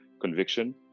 conviction